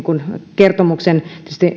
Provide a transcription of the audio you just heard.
kertomuksen